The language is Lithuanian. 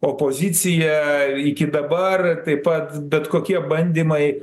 opozicija iki dabar taip pat bet kokie bandymai